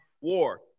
War